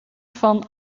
van